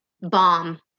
bomb